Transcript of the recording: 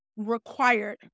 Required